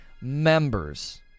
members